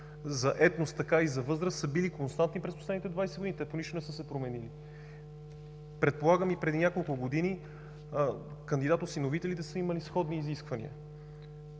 за етнос, така и за възраст, са били константни през последните 20 години. Те по нищо не са се променили. Предполагам и преди няколко години кандидат-осиновителите са имали сходни изисквания.